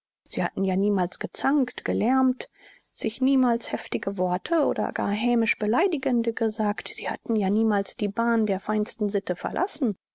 sie hatten ja niemals gezankt gelärmt sich niemals heftige worte oder gar hämisch beleidigende gesagt sie hatten ja niemals die bahn der feinsten sitte verlassen